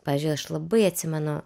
pavyzdžiui aš labai atsimenu